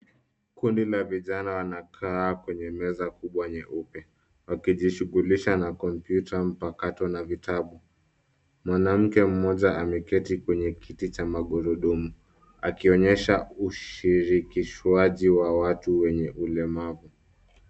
Kundi la vijana wanakaa kwenye meza kubwa nyeupe wakijishughulisha na kompyuta mpakato na vitabu. Mwanamke mmoja ameketi kwenye kiti cha magurudumu akionyesha ushirikishwaji wa watu wenye ulemavu.